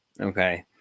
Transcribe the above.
okay